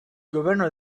governo